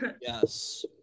Yes